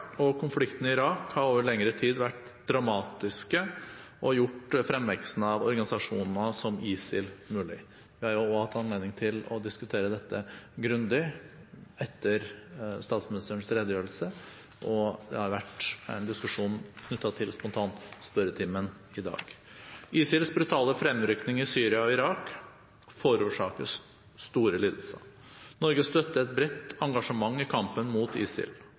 Irak har over lengre tid vært dramatiske og gjort fremveksten av organisasjoner som ISIL mulig. Vi har jo også hatt anledning til å diskutere dette grundig etter statsministerens redegjørelse, og det har vært en diskusjon knyttet til spontanspørretimen i dag. ISILs brutale fremrykning i Syria og Irak forårsaker store lidelser. Norge støtter et bredt engasjement i kampen mot ISIL,